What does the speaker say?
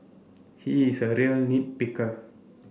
he is a real nit picker